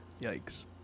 Yikes